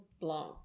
Blanc